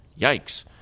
Yikes